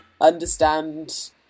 understand